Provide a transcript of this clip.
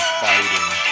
fighting